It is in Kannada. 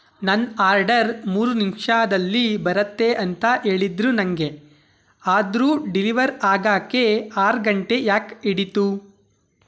ನನ್ನ ಆರ್ಡರ್ ಮೂರು ನಿಮಿಷದಲ್ಲಿ ಬರುತ್ತೆ ಅಂತ ಹೇಳಿದ್ರು ನನಗೆ ಆದರೂ ಡಿಲಿವರ್ ಆಗೋಕ್ಕೆ ಆರು ಗಂಟೆ ಯಾಕೆ ಹಿಡೀತು